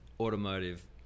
automotive